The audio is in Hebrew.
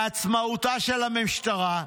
בעצמאותה של המשטרה,